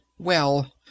Well